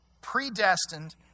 predestined